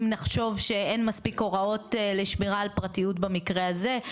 אם נחשוב שאין מספיק הוראות לשמירה על פרטיות במקרה הזה,